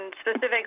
specifically